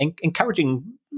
encouraging